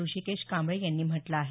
हृषीकेश कांबळे यांनी म्हटलं आहे